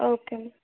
okay ma'am